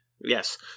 Yes